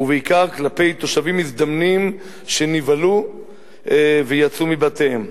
ובעיקר כלפי תושבים מזדמנים שנבהלו ויצאו מבתיהם.